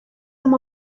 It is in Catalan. amb